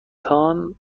خواهید